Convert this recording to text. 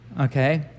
okay